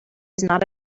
not